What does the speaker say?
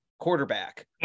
quarterback